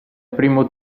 primo